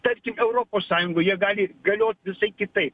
tarkim europos sąjungoj jie gali galiot visai kitaip